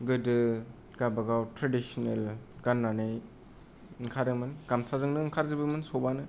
गोदो गाबागाव ट्रेडिसिनेल गाननानै ओंखारोमोन गामसाजों ओंखारोमोन सबानो